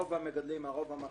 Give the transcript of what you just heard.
הרוב המכריע של המגדלים הם ישרים.